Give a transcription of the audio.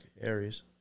aries